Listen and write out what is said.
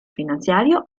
finanziario